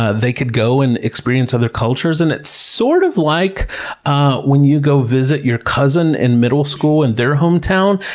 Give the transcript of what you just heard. ah they could go and experience other cultures. and it's sort of like when you go visit your cousin in middle school in their hometown,